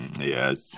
Yes